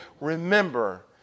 remember